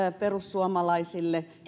perussuomalaisille